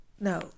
No